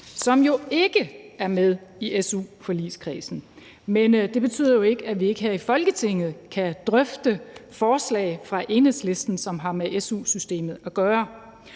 som jo ikke er med i su-forligskredsen. Men det betyder ikke, at vi ikke her i Folketinget kan drøfte forslag fra Enhedslisten, som har med su-systemet at gøre.